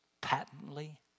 patently